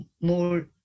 more